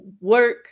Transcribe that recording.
work